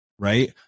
Right